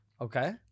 Okay